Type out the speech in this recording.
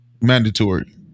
Mandatory